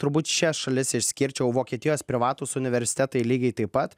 turbūt šias šalis išskirčiau vokietijos privatūs universitetai lygiai taip pat